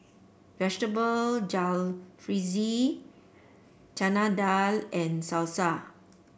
Vegetable Jalfrezi Chana Dal and Salsa